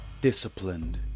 disciplined